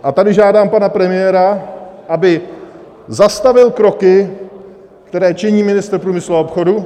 A tady žádám pana premiéra, aby zastavil kroky, které činí ministr průmyslu a obchodu.